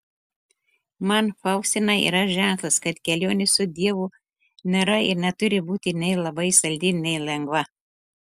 man faustina yra ženklas kad kelionė su dievu nėra ir neturi būti nei labai saldi nei lengva